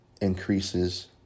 increases